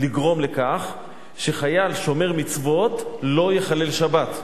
לגרום לכך שחייל שומר מצוות לא יחלל שבת.